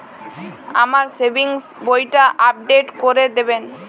আমার সেভিংস বইটা আপডেট করে দেবেন?